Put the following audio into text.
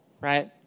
right